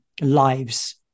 lives